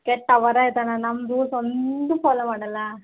ಕೆಟ್ಟವರೆ ಇದನ್ನ ನಮ್ಮ ರೂಲ್ಸ್ ಒಂದೂ ಫಾಲೋ ಮಾಡೋಲ್ಲ